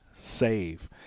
save